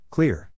Clear